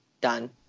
done